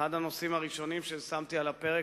אחד הנושאים הראשונים שהעמדתי על הפרק